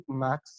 max